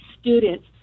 students